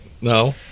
no